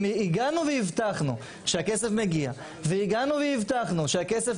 אם הגענו והבטחנו שהכסף מגיע והגענו והבטיח שהכסף